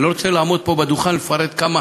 אני לא רוצה לעמוד פה על הדוכן ולפרט כמה